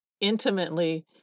intimately